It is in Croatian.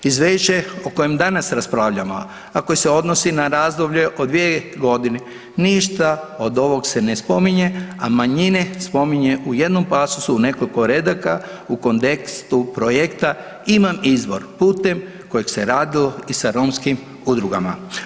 Izvješće o kojem danas raspravljamo, a koje se odnosi na razdoblje od 2 godine ništa od ovog se ne spominje, a manjine spominje u jednom pasosu u nekoliko redaka u kontekstu projekta Imam izbor putem kojeg se radilo i sa romskim udrugama.